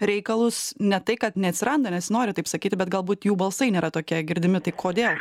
reikalus ne tai kad neatsiranda nesinori taip sakyti bet galbūt jų balsai nėra tokie girdimi tai kodėl